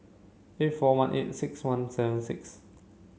eight four one eight six one seven six